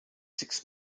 six